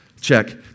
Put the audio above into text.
Check